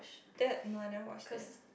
that no I never watch that